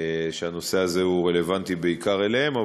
שהנושא הזה הוא רלוונטי בעיקר להם,